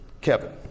Kevin